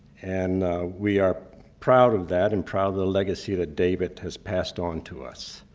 and we are proud of that, and proud of the legacy that david has passed on to us.